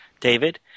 David